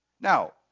Now